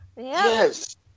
Yes